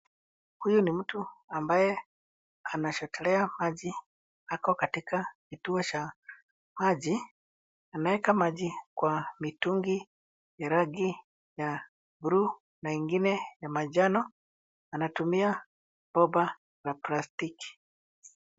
Huyu ni mtu ambaye anachotelea maji. Ako katika kituo cha maji. Ameweka maji kwenye mitungi ya rangi ya bluu na ingine ya manjano. Anatumia bomba la plastiki.